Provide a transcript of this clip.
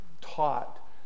taught